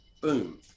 boom